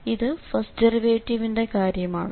ഇത് ഫസ്റ്റ് ഡെറിവേറ്റിവിന്റെ കാര്യമാണ്